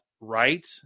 right